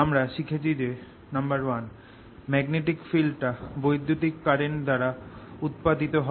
আমরা শিখেছি যে 1 ম্যাগনেটিক ফিল্ড টা বৈদ্যুতিক কারেন্ট দ্বারা উৎপাদিত হয়